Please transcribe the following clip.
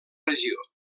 regió